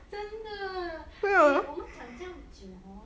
真的 eh 我们讲这样久